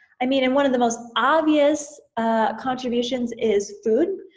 i mean and one of the most obvious contributions is food.